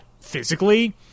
physically